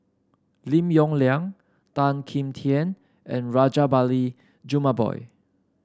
Lim Yong Liang Tan Kim Tian and Rajabali Jumabhoy